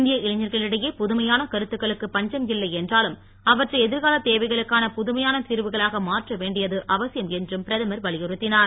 இந்திய இளைஞர்களிடையே புதுமையான கருத்துகளுக்கு பஞ்சம் இல்லை என்றாலும் அவற்றை எதிர்கால தேவைகளுக்கான புதுமையான திர்வுகளாக மாற்ற வேண்டியது அவசியம் என்றும் பிரதமர் வலியுறுத்தினார்